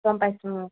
গম পাইছ অঁ